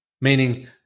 Meaning